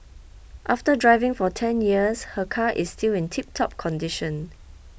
after driving for ten years her car is still in tiptop condition